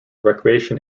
recreation